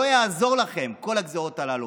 לא יעזרו לכם כל הגזרות הללו.